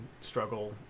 struggle